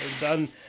done